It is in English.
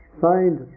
signed